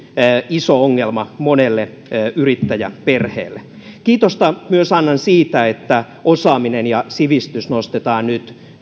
iso ongelma monelle yrittäjäperheelle kiitosta annan myös siitä että osaaminen ja sivistys nostetaan nyt